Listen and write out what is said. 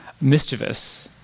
mischievous